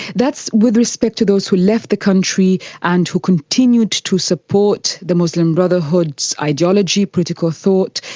that's with respect to those who left the country and who continued to to support the muslim brotherhood's ideology, political thought,